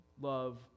love